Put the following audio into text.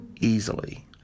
easily